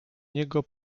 niego